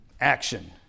action